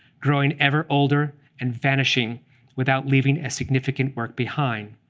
growing ever older and vanishing without leaving a significant work behind.